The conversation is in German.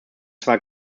zwar